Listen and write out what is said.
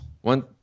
One